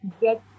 get